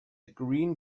green